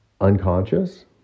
unconscious